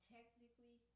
Technically